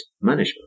management